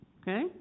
Okay